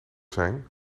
zijn